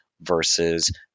versus